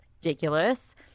ridiculous